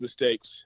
mistakes